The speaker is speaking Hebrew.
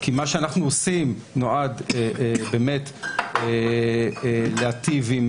כי מה שאנחנו עושים נועד באמת להיטיב עם